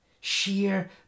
sheer